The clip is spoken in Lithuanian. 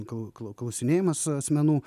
klau klau klausinėjimas asmenų